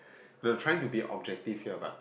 they were trying to be objective here but